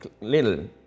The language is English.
little